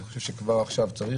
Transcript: אני חושב שכבר עכשיו צריך